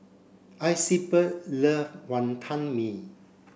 Isabelle love Wonton Mee